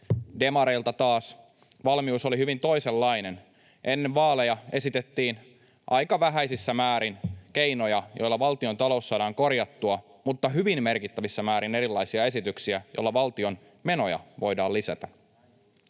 Demareilla taas valmius oli hyvin toisenlainen. Ennen vaaleja esitettiin aika vähäisissä määrin keinoja, joilla valtiontalous saadaan korjattua, mutta hyvin merkittävissä määrin erilaisia esityksiä, joilla valtion menoja voidaan lisätä.